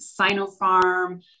Sinopharm